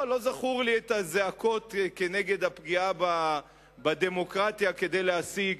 לא זכורות לי הזעקות כנגד הפגיעה בדמוקרטיה כדי להשיג,